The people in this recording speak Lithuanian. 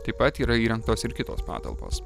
taip pat yra įrengtos ir kitos patalpos